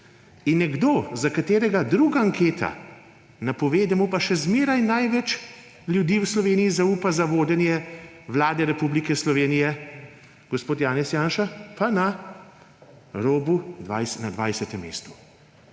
nekdo, za katerega druga anketa napove, da mu pa še zmeraj največ ljudi v Sloveniji zaupa za vodenje Vlade Republike Slovenije, gospod Janez Janša, pa na robu, na 20. mestu.